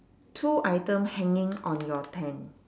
two item hanging on your tent